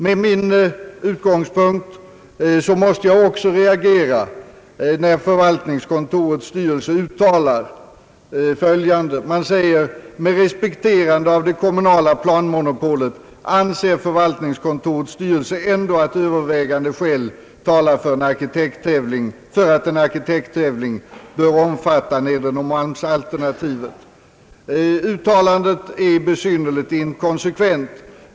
Med min utgångspunkt måste jag också reagera när förvaltningskontorets styrelse uttalar följande: »Med respekterande av det kommunala planmonopolet anser förvaltningskontorets styrelse ändå att övervägande skäl talar för att en arkitekttävling bör omfatta Nedre Norrmalmsalternativet.» Uttalandet är besynnerligt inkonsekvent.